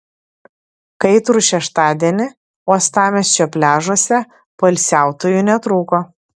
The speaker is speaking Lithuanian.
kaitrų šeštadienį uostamiesčio pliažuose poilsiautojų netrūko